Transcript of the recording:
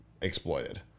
exploited